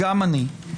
גם אני.